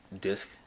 disc